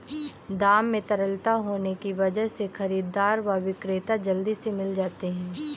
दाम में तरलता होने की वजह से खरीददार व विक्रेता जल्दी से मिल जाते है